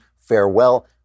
farewell